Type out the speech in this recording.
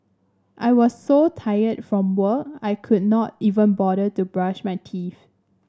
I was so tired from work I could not even bother to brush my teeth